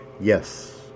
Yes